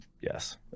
yes